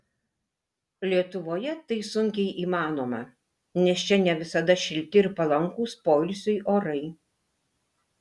lietuvoje tai sunkiai įmanoma nes čia ne visada šilti ir palankūs poilsiui orai